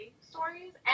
stories